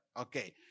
okay